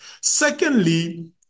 Secondly